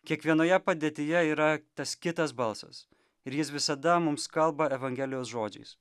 kiekvienoje padėtyje yra tas kitas balsas ir jis visada mums kalba evangelijos žodžiais